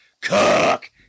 Cook